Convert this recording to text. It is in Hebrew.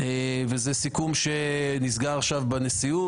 הסיכום הזה נסגר עכשיו בנשיאות.